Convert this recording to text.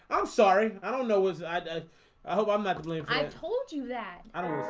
i'm sorry, i don't know was i ah i hope i'm not believe i told you that i don't